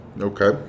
Okay